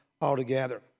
altogether